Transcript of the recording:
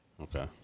Okay